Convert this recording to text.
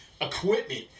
equipment